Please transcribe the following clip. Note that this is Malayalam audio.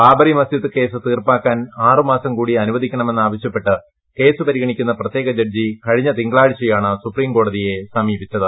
ബാബറി മസ്ജിദ് കേസ് തീർപ്പാക്കാൻ ആറ് മാസം കൂടി അനുവദിക്കമെന്നാവശൃപ്പെട്ട് കേസ് പരിഗണിക്കുന്ന പ്രത്യേക ജഡ്ജി കഴിഞ്ഞ തിങ്കളാഴ്ചയാണ് സുപ്രീംകോടതിയെ സമീപിച്ചത്